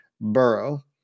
Burrow